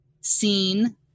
seen